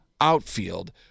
outfield